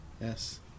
Yes